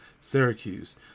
syracuse